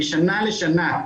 משנה לשנה,